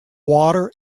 water